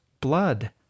blood